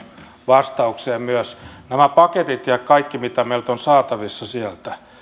vastaukseen totta kai nämä paketit ja kaikki mitä meillä on saatavissa sieltä